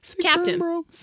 Captain